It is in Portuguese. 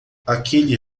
aquele